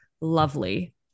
lovely